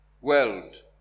world